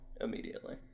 immediately